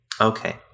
Okay